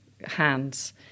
hands